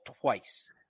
twice